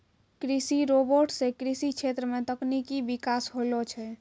कृषि रोबोट सें कृषि क्षेत्र मे तकनीकी बिकास होलो छै